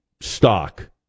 stock